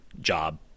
job